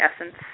essence